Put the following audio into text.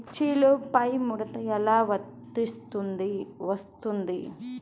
మిర్చిలో పైముడత ఎలా వస్తుంది?